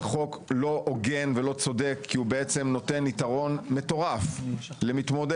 זה חוק לא הוגן ולא צודק כי הוא נותן יתרון מטורף למתמודד